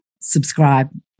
subscribe